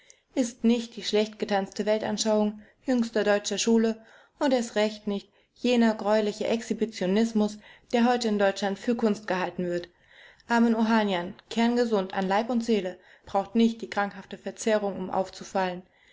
ist nicht die schlecht getanzte weltanschauung jüngster deutscher schule und erst recht nicht jener greuliche exhibitionismus der heute in deutschland für kunst gehalten wird armen ohanian kerngesund an leib und seele braucht nicht die krankhafte verzerrung um aufzufallen